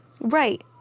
Right